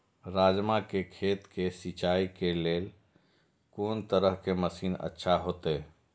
राजमा के खेत के सिंचाई के लेल कोन तरह के मशीन अच्छा होते?